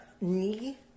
knee